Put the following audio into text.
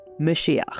Mashiach